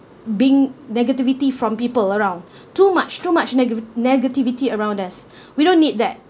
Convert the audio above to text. being negativity from people around too much too much nega~ negativity around us we don't need that